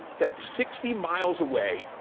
that's sixty miles away,